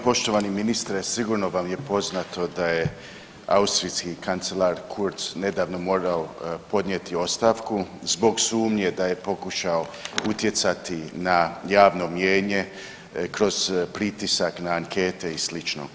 Poštovani ministre, sigurno vam je poznato da je austrijski kancelar Kurtz nedavno morao podnijeti ostavku zbog sumnje da je pokušao utjecati na javno mijenje kroz pritisak na ankete i slično.